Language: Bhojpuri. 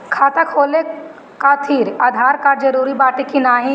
खाता खोले काहतिर आधार कार्ड जरूरी बाटे कि नाहीं?